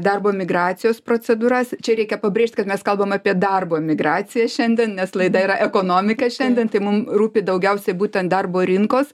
darbo migracijos procedūras čia reikia pabrėžt kad mes kalbam apie darbo migraciją šiandien nes laida yra ekonomika šiandien tai mum rūpi daugiausiai būtent darbo rinkos